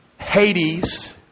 Hades